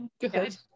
good